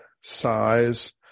size